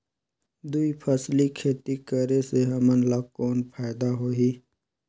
दुई फसली खेती करे से हमन ला कौन फायदा होही?